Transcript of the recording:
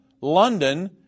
London